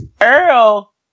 Earl